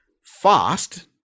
fast